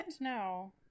No